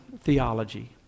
theology